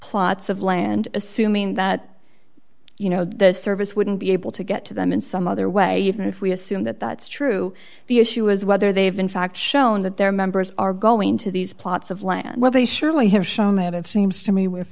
plots of land assuming that you know the service wouldn't be able to get to them in some other way if we assume that that's true the issue is whether they've in fact shown that their members are going to these plots of land well they surely have shown that it seems to me with